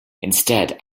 instead